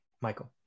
Michael